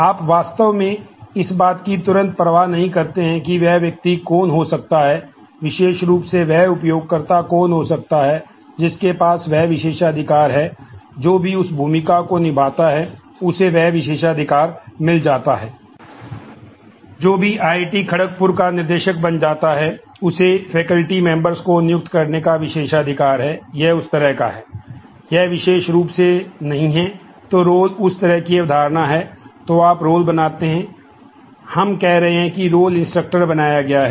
आप वास्तव में इस बात की तुरंत परवाह नहीं करते हैं कि वह व्यक्ति कौन हो सकता है विशेष रूप से वह उपयोगकर्ता कौन हो सकता है जिसके पास वह विशेषाधिकार है जो भी उस भूमिका को निभाता है उसे वह विशेषाधिकार मिल जाता है जो भी आईआईटी बनाया गया है